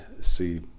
see